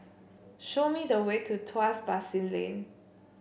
show me the way to Tuas Basin Lane